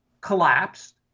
collapsed